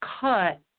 cut